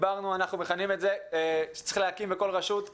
אנחנו מכנים את זה שצריך להקים בכל רשות,